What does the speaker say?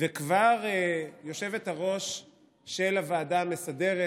וכבר היושבת-ראש של הוועדה המסדרת,